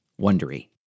Wondery